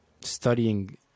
studying